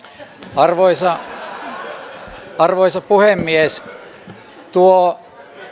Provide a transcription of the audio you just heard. arvoisa puhemies tuon